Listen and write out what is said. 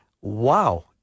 wow